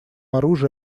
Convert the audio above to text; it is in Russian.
оружия